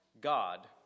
God